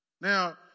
Now